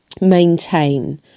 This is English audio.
maintain